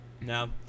No